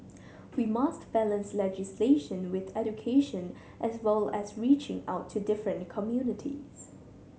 we must balance legislation with education as well as reaching out to different communities